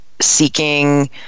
seeking